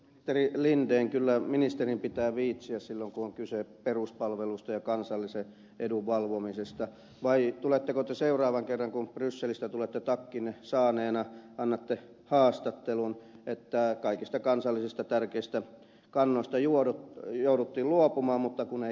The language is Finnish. ministeri linden kyllä ministerin pitää viitsiä silloin kun on kyse peruspalvelusta ja kansallisen edun valvomisesta vai annatteko te seuraavan kerran kun brysselistä tulette takkiinne saaneena haastattelun että kaikista kansallisista tärkeistä kannoista jouduttiin luopumaan mutta kun ei kehannut